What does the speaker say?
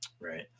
right